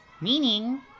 Meaning